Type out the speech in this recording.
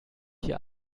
hier